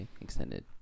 extended